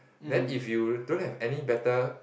then if you don't have any better